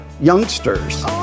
youngsters